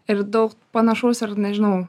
ir daug panašaus nežinau